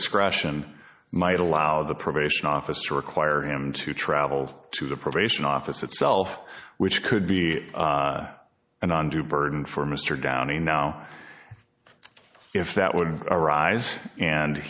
discretion might allow the probation officer require him to travel to the probation office itself which could be an undue burden for mr downey now if that wouldn't arise and